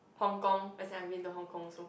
Hong-Kong as in I've been to Hong-Kong also